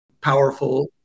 powerful